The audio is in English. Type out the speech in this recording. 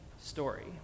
story